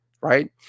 right